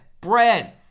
Bread